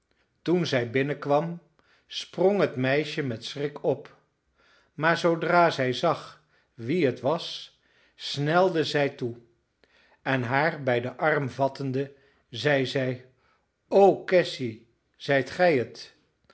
toen zij binnenkwam sprong het meisje met schrik op maar zoodra zij zag wie het was snelde zij toe en haar bij den arm vattende zeide zij o cassy zijt gij het